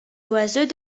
oiseaux